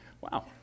Wow